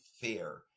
fair